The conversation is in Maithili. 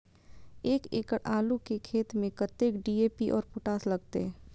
एक एकड़ आलू के खेत में कतेक डी.ए.पी और पोटाश लागते?